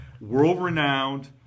world-renowned